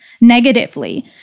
negatively